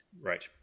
Right